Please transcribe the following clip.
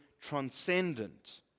transcendent